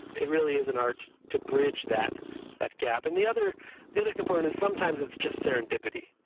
it really is an art to bridge that that gap. and the other the other component is sometimes it's just serendipity.